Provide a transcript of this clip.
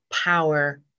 power